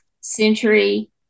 century